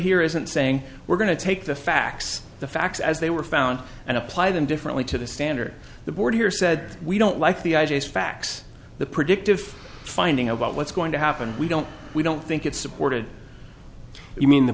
here isn't saying we're going to take the facts the facts as they were found and apply them differently to the standard the board here said we don't like the facts the predictive finding about what's going to happen we don't we don't think it's supported i mean the